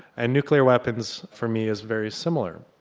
and nuclear weapons for me is very similar.